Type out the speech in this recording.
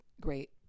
great